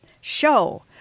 show